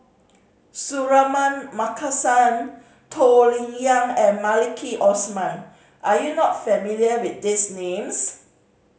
Suratman Markasan Toh Liying and Maliki Osman are you not familiar with these names